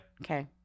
Okay